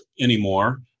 anymore